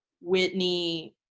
Whitney